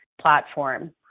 platform